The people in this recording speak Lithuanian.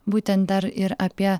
būtent dar ir apie